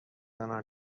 آنها